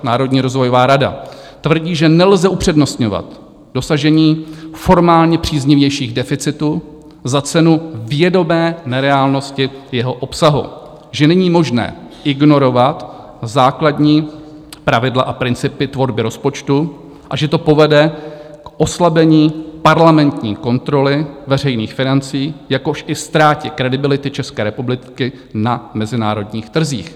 Národní rozvojová rada tvrdí, že nelze upřednostňovat dosažení formálně příznivějších deficitů za ceny vědomé nereálnosti v jeho obsahu, že není možné ignorovat základní pravidla a principy tvorby rozpočtu a že to povede k oslabení parlamentní kontroly veřejných financí, jakož i ztrátě kredibility České republiky na mezinárodních trzích.